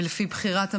לפי בחירת המשפחה,